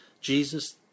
Jesus